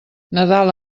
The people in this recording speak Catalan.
nadal